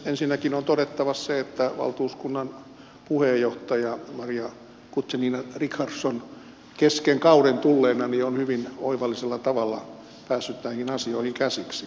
ensinnäkin on todettava se että valtuuskunnan puheenjohtaja maria guzenina richardson kesken kauden tulleena on hyvin oivallisella tavalla päässyt näihin asioihin käsiksi